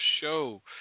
Show